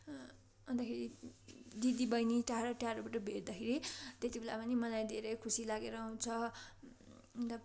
अन्तखेरि दिदीबहिनी टाढा टाढाबाट भेट्दाखेरि त्यति बेला पनि मलाई धेरै खुसी लागेर आउँछ अन्त